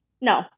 No